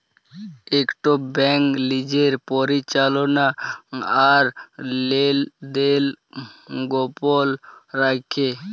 ইকট ব্যাংক লিজের পরিচাললা আর লেলদেল গপল রাইখে